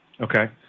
Okay